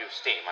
Steam